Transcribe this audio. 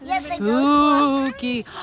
Spooky